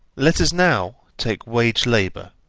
let us now take wage-labour.